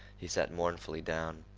he sat mournfully down.